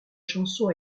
chanson